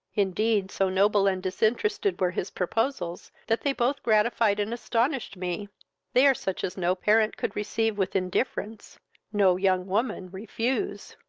indeed, so noble and disinterested were his proposals, that they both gratified and astonished me they are such as no parent could receive with indifference no young woman refuse.